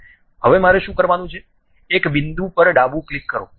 હવે મારે શું કરવાનું છે એક બિંદુ પર ડાબું ક્લિક કરો